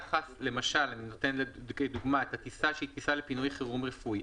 למשל טיסה שהיא טיסה לפינוי חירום רפואי,